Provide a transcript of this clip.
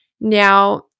Now